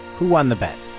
who won the bet?